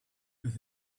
with